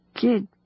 kid